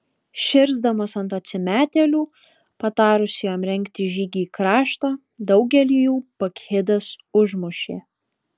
širsdamas ant atsimetėlių patarusių jam rengti žygį į kraštą daugelį jų bakchidas užmušė